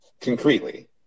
concretely